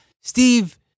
Steve